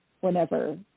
whenever